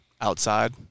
outside